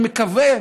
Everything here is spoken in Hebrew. מה אתה רוצה.